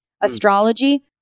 astrology